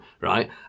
Right